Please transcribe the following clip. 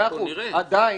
עדין,